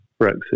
Brexit